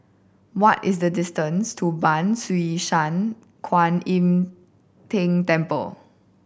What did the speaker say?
what is the distance to Ban Siew San Kuan Im Tng Temple